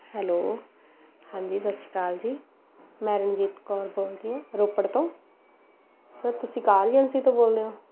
hello ਹਾਂਜੀ ਸਤਿ ਸ਼੍ਰੀ ਅਕਾਲ ਜੀ ਮੈਂ ਰਣਜੀਤ ਕੌਰ ਬੋਲਦੀ ਹਾਂ ਰੋਪੜ ਤੋਂ ਸਰ ਤੁਸੀਂ ਕਾਰ ਏਜੰਸੀ ਤੋਂ ਬੋਲਦੇ ਹੋ